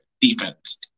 defense